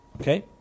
Okay